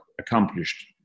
accomplished